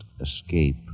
escape